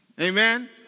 Amen